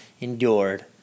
endured